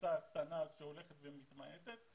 קבוצה קטנה שהולכת ומתמעטת,